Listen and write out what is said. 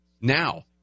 Now